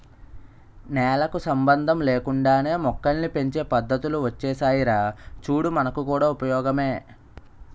నేలకు సంబంధం లేకుండానే మొక్కల్ని పెంచే పద్దతులు ఒచ్చేసాయిరా చూడు మనకు కూడా ఉపయోగమే